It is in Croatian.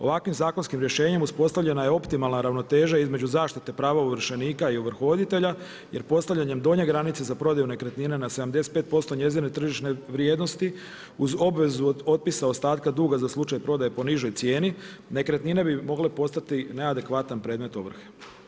Ovakvim zakonskim rješenjem, uspostavljena je optimalna ravnoteža između zaštite prava ovršenike i ovrhovoditelja jer postavljanjem donje granice za prodaju nekretnina na 75% njezine tržišne vrijednosti, uz obvezu od otpisa od ostatka duga za slučaj prodaje po nižoj cijeni, nekretnine bi mogle postati neadekvatan predmet ovrhe.